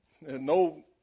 No